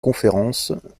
conférences